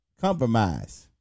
Compromise